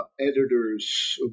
Editors